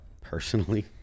Personally